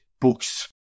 books